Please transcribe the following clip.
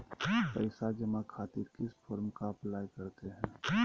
पैसा जमा खातिर किस फॉर्म का अप्लाई करते हैं?